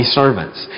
servants